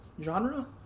Genre